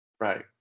right